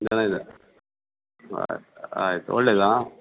ಜನ ಇದೆ ಆಯ್ತ್ ಆಯ್ತು ಒಳ್ಳೇದು ಆಂ